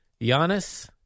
Giannis